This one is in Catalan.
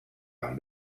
amb